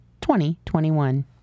2021